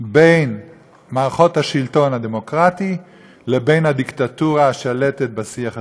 בין מערכות השלטון הדמוקרטי לבין הדיקטטורה השלטת בשיח הציבורי.